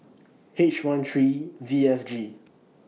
H one three V F G